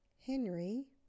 Henry